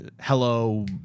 hello